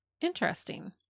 Interesting